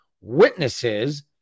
witnesses